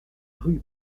rue